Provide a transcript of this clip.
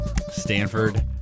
Stanford